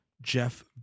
Jeff